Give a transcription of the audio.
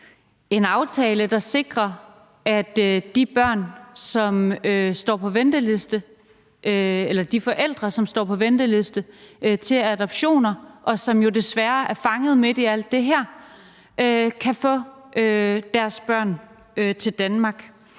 en aftale, der sikrer, at de forældre, som står på venteliste til adoptioner, og som jo desværre er fanget midt i alt det her, kan få deres børn til Danmark.